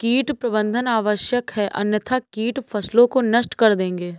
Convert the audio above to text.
कीट प्रबंधन आवश्यक है अन्यथा कीट फसलों को नष्ट कर देंगे